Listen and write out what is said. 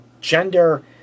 gender